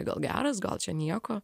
gal geras gal čia nieko